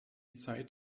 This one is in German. zeit